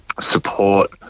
support